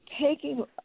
taking